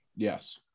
Yes